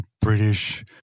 British